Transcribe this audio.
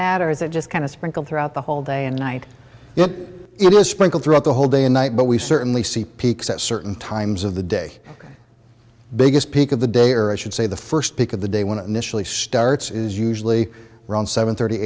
that or is it just kind of sprinkled throughout the whole day and night you know it was sprinkled throughout the whole day and night but we certainly see peaks at certain times of the day biggest peak of the day or i should say the first pick of the day when it initially starts is usually run seven thirty